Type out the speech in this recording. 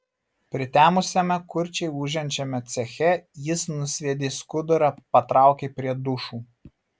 pritemusiame kurčiai ūžiančiame ceche jis nusviedė skudurą patraukė prie dušų